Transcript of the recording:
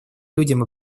людям